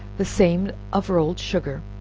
the same of rolled sugar,